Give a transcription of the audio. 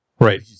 Right